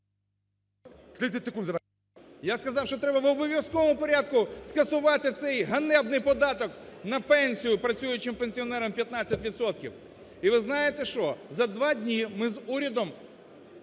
Я сказав, що треба в обов'язковому порядку скасувати цей ганебний податок на пенсію працюючим пенсіонерам в 15 відсотків. І ви знаєте, що? За два дні ми з урядом